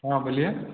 हाँ बोलिये